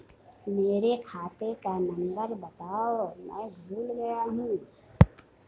मेरे खाते का नंबर बताओ मैं भूल गया हूं